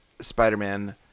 Spider-Man